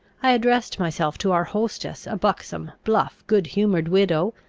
i addressed myself to our hostess, a buxom, bluff, good-humoured widow,